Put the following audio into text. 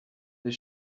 they